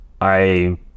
I-